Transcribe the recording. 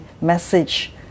message